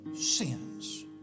sins